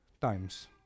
times